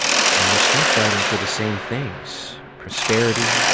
and we're still fighting for the same things. prosperity,